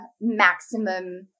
maximum